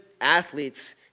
athletes